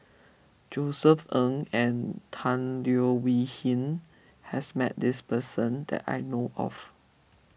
Josef Ng and Tan Leo Wee Hin has met this person that I know of